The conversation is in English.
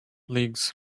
leagues